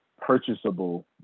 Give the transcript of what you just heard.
purchasable